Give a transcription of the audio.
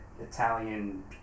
Italian